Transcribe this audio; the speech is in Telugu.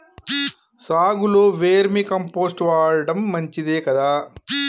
సాగులో వేర్మి కంపోస్ట్ వాడటం మంచిదే కదా?